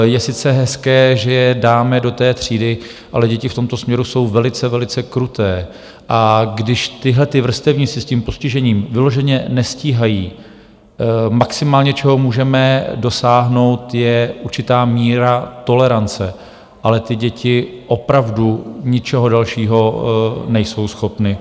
Je sice hezké, že je dáme do té třídy, ale děti v tomto směru jsou velice kruté a když tihle vrstevníci s tím postižením vyloženě nestíhají, maximálně čeho můžeme dosáhnout je určitá míra tolerance, ale ty děti opravdu ničeho dalšího nejsou schopny.